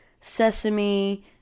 sesame